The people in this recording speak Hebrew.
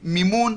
מימון,